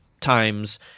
times